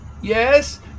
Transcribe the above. Yes